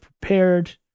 prepared